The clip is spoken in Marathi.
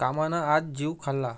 कामानं आज जीव खाल्ला